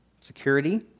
security